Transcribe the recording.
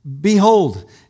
behold